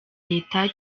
leta